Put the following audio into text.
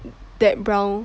that brown